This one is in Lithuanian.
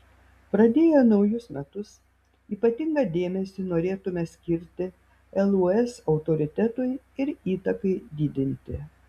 pradėję naujus metus ypatingą dėmesį norėtumėme skirti lūs autoritetui ir įtakai didinti